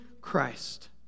Christ